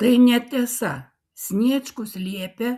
tai netiesa sniečkus liepė